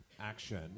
action